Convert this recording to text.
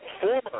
former